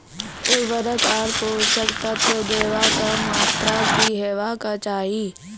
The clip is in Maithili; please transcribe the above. उर्वरक आर पोसक तत्व देवाक मात्राकी हेवाक चाही?